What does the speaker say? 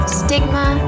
stigma